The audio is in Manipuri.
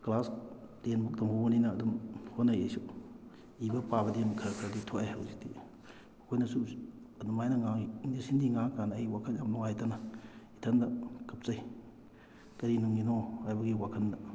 ꯀ꯭ꯂꯥꯁ ꯇꯦꯟꯐꯧ ꯇꯝꯍꯧꯕꯤꯅ ꯑꯗꯨꯝ ꯍꯣꯠꯅꯩ ꯑꯩꯁꯨ ꯏꯕ ꯄꯥꯕꯗꯤ ꯑꯗꯨꯝ ꯈꯔ ꯈꯔꯗꯤ ꯊꯣꯛꯑꯦ ꯍꯧꯖꯤꯛꯇꯤ ꯃꯈꯣꯏꯅꯁꯨ ꯑꯗꯨꯃꯥꯏꯅ ꯏꯪꯂꯤꯁ ꯍꯤꯟꯗꯤ ꯉꯥꯡꯉꯛꯀꯥꯟꯗ ꯑꯩ ꯋꯥꯈꯜ ꯌꯥꯝꯅ ꯅꯨꯡꯉꯥꯏꯇꯅ ꯏꯊꯟꯇ ꯀꯞꯆꯩ ꯀꯔꯤꯅꯨꯡꯒꯤꯅꯣ ꯍꯥꯏꯕꯒꯤ ꯋꯥꯈꯜꯗ